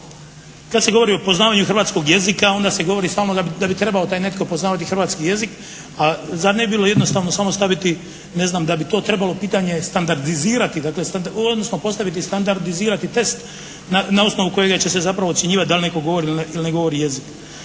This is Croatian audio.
kad se govori o poznavanju hrvatskog jezika, onda se govori samo da bi trebao taj netko poznavati hrvatski jezik, a zar ne bi bilo jednostavno samo staviti ne znam da bi to trebalo pitanje standardizirati, odnosno postaviti standardizirati test na osnovu kojega će se zapravo ocjenjivati da li netko govori ili ne govori jezik.